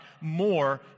more